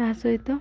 ଏହା ସହିତ